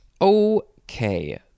Okay